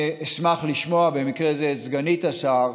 אשמח מאוד לשמוע מסגנית השר,